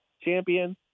champion